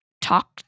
talk